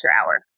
hour